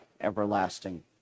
everlasting